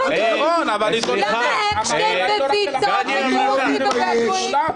אבל זה לא רק לחרדים.